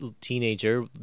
teenager